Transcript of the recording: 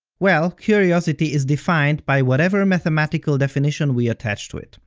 well, curiosity is defined by whatever mathematical definition we attach to it.